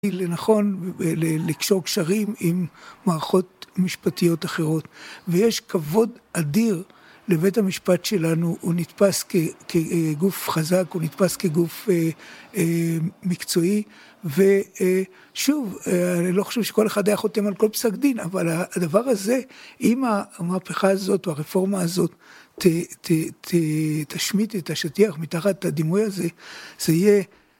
לנכון, לקשור קשרים עם מערכות משפטיות אחרות, ויש כבוד אדיר לבית המשפט שלנו, הוא נתפס כגוף חזק, הוא נתפס כגוף מקצועי, ושוב, אני לא חושב שכל אחד היה חותם על כל פסק דין, אבל הדבר הזה, אם המהפכה הזאת, או הרפורמה הזאת, תשמיט את השטיח מתחת לדימוי הזה, זה יהיה...